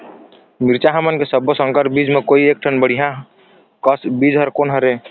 मिरचा हमन के सब्बो संकर बीज म कोई एक ठन बढ़िया कस बीज कोन हर होए?